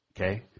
Okay